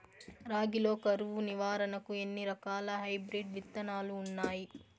రాగి లో కరువు నివారణకు ఎన్ని రకాల హైబ్రిడ్ విత్తనాలు ఉన్నాయి